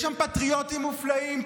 יש שם פטריוטים מופלאים,